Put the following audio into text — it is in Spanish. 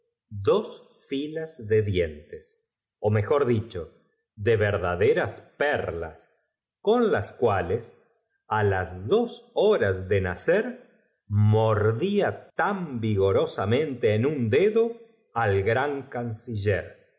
dos filas de dientes ó mejor dicho de verdader as pel'las con las cuales á las dos horas de los dos centinelas que estaban constante nacer mordía tan vigorosamente en un mente al lado de la princesa babia seis dedo al gran canciller que